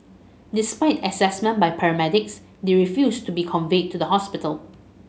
despite assessment by paramedics they refused to be conveyed to the hospital